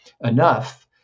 enough